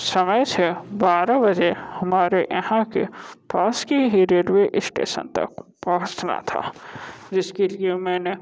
समय से बारह बजे हमारे यहाँ के पास के ही रेलवे स्टेशन तक पहुँचना था जिसके लिए मैंने